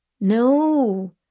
No